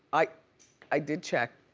i i did check,